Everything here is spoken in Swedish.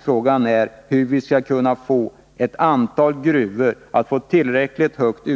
Frågan är hur ett antal gruvor skall kunna få tillräckligt högt